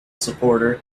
supporter